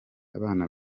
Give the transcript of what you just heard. abana